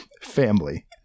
Family